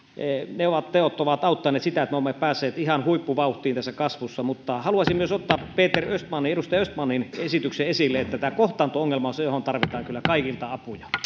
jonka teot ovat auttaneet siinä että me olemme päässeet ihan huippuvauhtiin tässä kasvussa haluaisin myös ottaa edustaja peter östmanin esityksen esille tämä kohtaanto ongelma on se johon tarvitaan kyllä kaikilta apuja